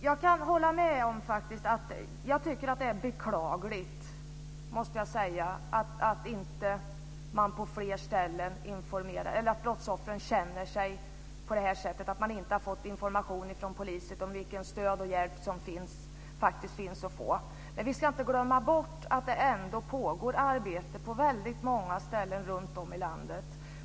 Fru talman! Jag kan hålla med om att det är beklagligt att brottsoffren känner att man inte har fått information om vilket stöd och vilken hjälp som faktiskt finns att få. Men vi ska inte glömma bort att det ändå pågår arbete på många ställen runtom i landet.